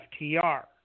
FTR